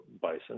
bison